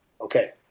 Okay